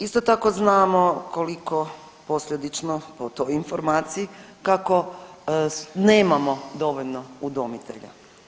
Isto tako znamo koliko posljedično po toj informaciji kako nemamo dovoljno udomitelja.